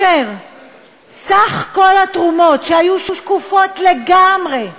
סך כל התרומות שהיו שקופות לגמרי,